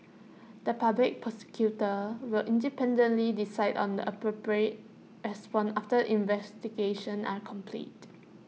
the Public Prosecutor will independently decide on the appropriate response after investigations are completed